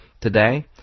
today